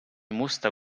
musta